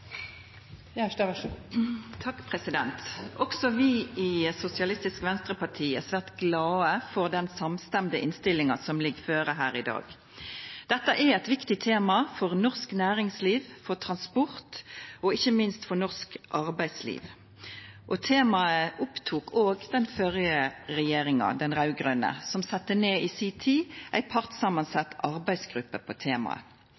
svært glade for den samstemde innstillinga som ligg føre her i dag. Dette er eit viktig tema for norsk næringsliv, for transport og ikkje minst for norsk arbeidsliv. Temaet opptok også den førre regjeringa, den raud-grøne, som i si tid sette ned ei partssamansett arbeidsgruppe for temaet. Dei kom med tilrådingar i den retninga som også representantforslaget byggjer på